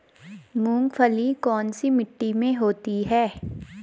मूंगफली कौन सी मिट्टी में होती है?